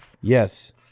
Yes